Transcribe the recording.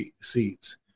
seats